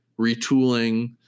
retooling